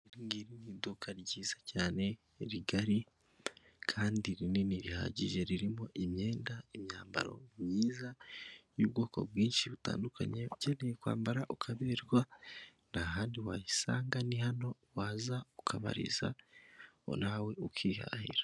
Iri ngiri ni iduka ryiza cyane, rigari kandi rihagije ririmo imyenda imyambaro myiza, y'ubwoko bwinshi butandukanye, ukeneye kwambara ukaberwa nta handi wayisanga ni hano waza ukabariza, nawe ukihahira.